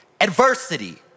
adversity